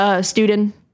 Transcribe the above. Student